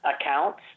accounts